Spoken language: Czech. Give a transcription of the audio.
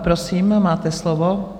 Prosím, máte slovo.